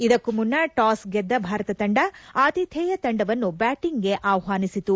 ಇದಕ್ಕೂ ಮುನ್ನ ಟಾಸ್ ಗೆದ್ದ ಭಾರತ ತಂಡ ಆತಿಥೇಯ ತಂಡವನ್ನು ಬ್ಯಾಟಿಂಗ್ ಗೆ ಆಹ್ವಾನಿಸಿತು